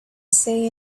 say